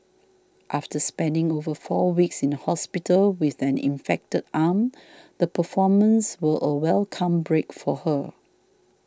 after spending over four weeks in the hospital with an infected arm the performances were a welcome break for her